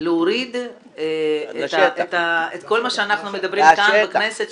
להוריד את כל מה שאנחנו מדברים כאן בכנסת,